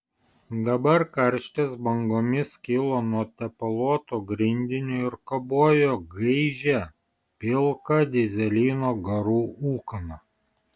dabar karštis bangomis kilo nuo tepaluoto grindinio ir kabojo gaižia pilka dyzelino garų ūkana